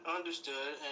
understood